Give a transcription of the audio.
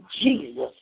Jesus